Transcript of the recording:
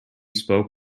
spoke